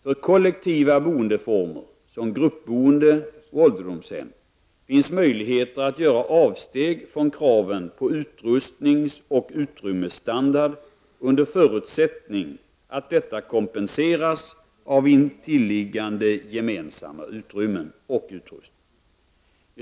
För kollektiva boendeformer som gruppboende och ålderdomshem finns möjligheter att göra avsteg från kraven på utrustningsoch utrymmesstandard under förutsättning att detta kompenseras av intilliggande gemensamma utrymmen och utrustning.